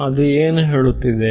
ಅದು ಏನು ಹೇಳುತ್ತಿದೆ